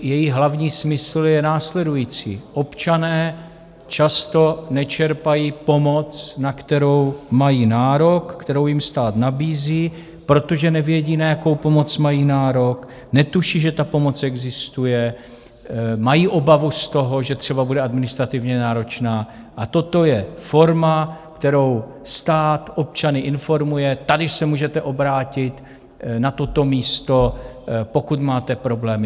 Její hlavní smysl je následující: občané často nečerpají pomoc, na kterou mají nárok, kterou jim stát nabízí, protože nevědí, na jakou pomoc mají nárok, netuší, že ta pomoc existuje, mají obavu z toho, že třeba bude administrativně náročná, a toto je forma, kterou stát občany informuje, tady se můžete obrátit na toto místo, pokud máte problémy.